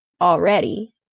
already